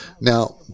Now